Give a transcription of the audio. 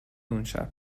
اونشب